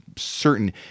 Certain